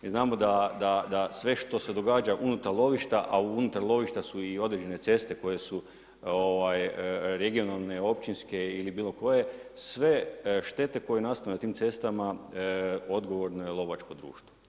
Mi znamo da sve što se događa unutar lovišta, a unutar lovišta su i određene ceste koje su regionalne, općinske ili bilo koje, sve štete koje nastanu na tim cestama odgovorno je lovačko društvo.